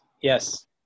Yes